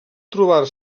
trobar